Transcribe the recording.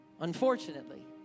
Unfortunately